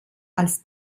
als